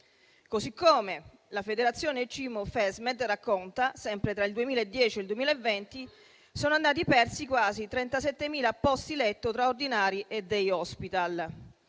Così come la Federazione CIMO-Fesmed racconta che, sempre tra il 2010 e il 2020, sono andati persi quasi 37.000 posti letto tra ordinari e *day hospital*.